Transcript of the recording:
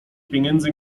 pieniędzy